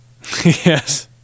yes